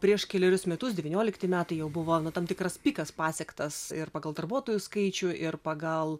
prieš kelerius metus devyniolikti metai jau buvo na tam tikras pikas pasiektas ir pagal darbuotojų skaičių ir pagal